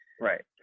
right